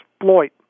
exploit